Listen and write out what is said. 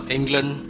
England